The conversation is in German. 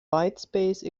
whitespace